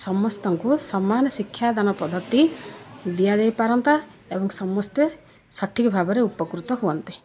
ସମସ୍ତଙ୍କୁ ସମାନ ଶିକ୍ଷାଦାନ ପଦ୍ଧତି ଦିଆ ଯାଇପାରନ୍ତା ଏବଂ ସମସ୍ତେ ସଠିକ ଭାବରେ ଉପକୃତ ହୁଅନ୍ତେ